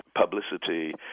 publicity